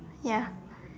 yes